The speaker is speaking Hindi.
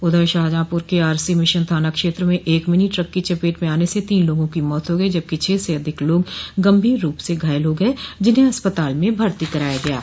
उधर शाहजहांपूर के आरसी मिशन थाना क्षेत्र में एक मिनी ट्रक की चपेट में आने से तीन लोगों की मौत हो गई जबकि छह से अधिक लोग गंभीर रूप से घायल हो गये जिन्हें अस्पताल में भर्ती कराया गया है